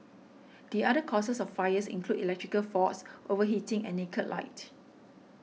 the other causes of fires include electrical faults overheating and naked light